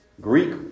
Greek